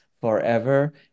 forever